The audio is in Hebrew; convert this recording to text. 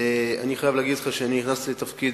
אני חייב להגיד לך שאני נכנסתי לתפקיד